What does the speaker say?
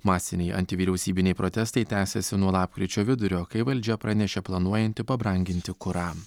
masiniai antivyriausybiniai protestai tęsiasi nuo lapkričio vidurio kai valdžia pranešė planuojanti pabranginti kurą